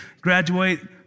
graduate